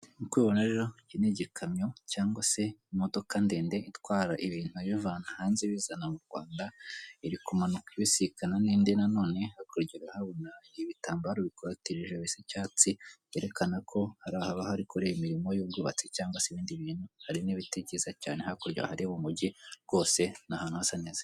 Nk'uko ubibona rero iki igikamyo cyangwa se imodoka ndende itwara ibintu ibivana hanze ibizana mu Rwanda iri kumanuka ibisikana n'indi nanone hakurya urahabona ibitambaro bikoratirije bisa icyatsi byerekana ko hariya haba hari kubera imirimo y'ubwubatsi cyangwa se ibindi bintu, hari n'ibiti byiza cyane. Hakurya hari umujyi rwose ni ahantu hasa neza.